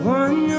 one